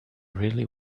really